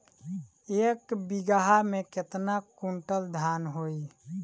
एक बीगहा में केतना कुंटल धान होई?